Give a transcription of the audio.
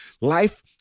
Life